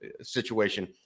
situation